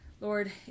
Lord